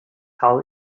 how